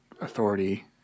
authority